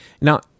Now